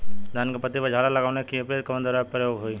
धान के पत्ती पर झाला लगववलन कियेपे कवन दवा प्रयोग होई?